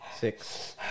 Six